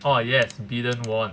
oh yes biden won